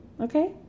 okay